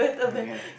ya